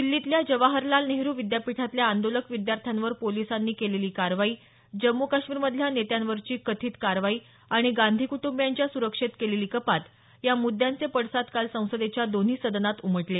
दिल्लीतल्या जवाहरलाल नेहरु विद्यापीठातल्या आंदोलक विद्यार्थ्यांवर पोलिसांनी केलेली कारवाई जम्मू काश्मीरमधल्या नेत्यांवरची कथित कारवाई आणि गांधी कुटंबियांच्या सुरक्षेत केलेली कपात या मुद्यांचे पडसाद काल संसदेच्या दोन्ही सदनात उमटले